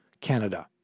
Canada